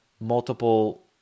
multiple